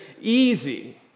easy